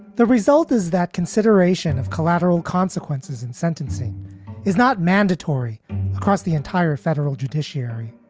the result is that consideration of collateral consequences and sentencing is not mandatory across the entire federal judiciary.